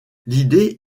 l’idée